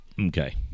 Okay